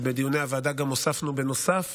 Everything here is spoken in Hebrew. ובדיוני הוועדה גם הוספנו, בנוסף